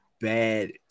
bad